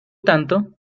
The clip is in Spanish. tanto